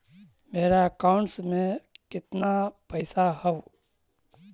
मेरा अकाउंटस में कितना पैसा हउ?